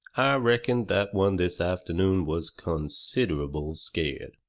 reckon that one this afternoon was considerable scared,